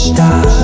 Stop